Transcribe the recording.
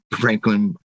Franklin